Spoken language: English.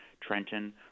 Trenton